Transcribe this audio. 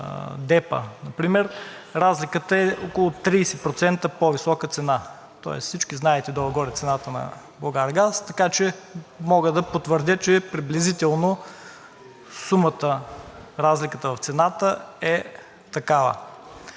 DEPA например, разликата е около 30% по-висока цена, тоест всички знаете долу-горе цената на „Булгаргаз“, така че мога да потвърдя, че приблизително разликата в цената е такава.